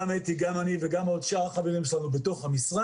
גם אתי וגם אני וגם שאר החברים לנו במשרד,